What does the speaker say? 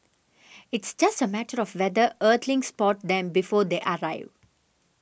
it's just a matter of whether earthlings spot them before they arrive